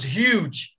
huge